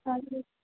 اَدٕ حظ